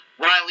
Riley